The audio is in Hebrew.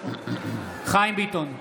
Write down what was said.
חיים ביטון,